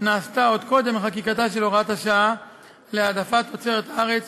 נעשתה עוד קודם לחקיקתה של הוראת השעה להעדפת תוצרת הארץ